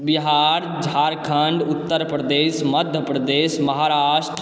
Bihar Jharkhand Uttar Pradesh Madhya Pradesh Maharashtra